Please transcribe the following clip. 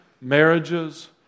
marriages